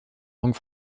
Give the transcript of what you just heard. langue